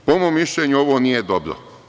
Po mom mišljenju, ovo nije dobro.